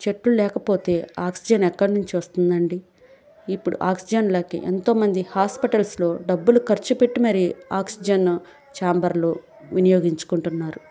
చెట్లు లేకపోతే ఆక్సిజన్ ఎక్కడ నుంచి వస్తుందండి ఇప్పుడు ఆక్సిజన్ లేక ఎంతో మంది హాస్పిటల్స్లో డబ్బులు ఖర్చు పెట్టి మరీ ఆక్సిజన్ను ఛాంబర్లు వినియోగించుకుంటున్నారు